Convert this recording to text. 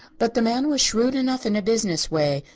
but the man was shrewd enough in a business way,